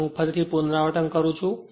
તેથી હું ફરીથી પુનરાવર્તન કરું છું